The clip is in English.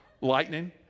lightning